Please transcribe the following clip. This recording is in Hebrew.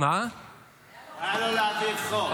--- היה לו להעביר חוק.